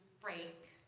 break